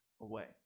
away